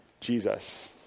Jesus